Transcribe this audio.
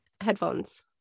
headphones